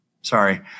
sorry